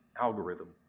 algorithm